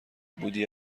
بودی